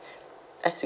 eh